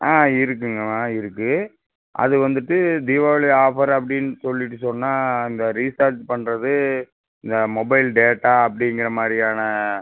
ஆ இருக்குங்க ஆ இருக்கு அது வந்துவிட்டு தீபாவளி ஆஃபர் அப்டின்னு சொல்லிவிட்டு சொன்னால் அந்த ரீச்சார்ஜ் பண்றது இந்த மொபைல் டேட்டா அப்படிங்கிற மாதிரியான